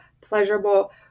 pleasurable